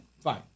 fine